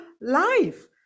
life